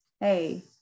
Hey